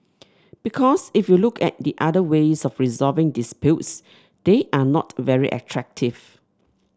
because if you look at the other ways of resolving disputes they are not very attractive